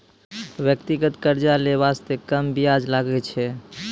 व्यक्तिगत कर्जा लै बासते कम बियाज लागै छै